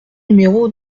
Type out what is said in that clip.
numéro